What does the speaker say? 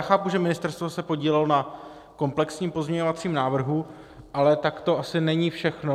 Chápu, že ministerstvo se podílelo na komplexním pozměňovacím návrhu, ale to asi není všechno.